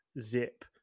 zip